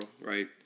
right